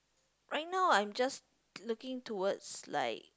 why not I'm just looking towards like